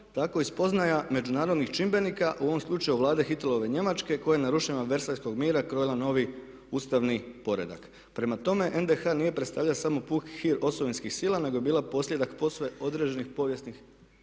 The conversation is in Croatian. tako i spoznaja međunarodnih čimbenika u ovom slučaju Vlade Hitlerove Njemačke koja je narušena od versajskog mira krojila novi ustavni poredak. Prema tome NDH nije predstavljala samo puki hir osovinskih sila nego je bila posljedak posve određenih povijesnih